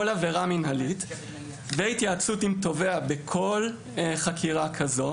עבירה מנהלית והתייעצות עם תובע בכל חקירה כזו,